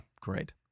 great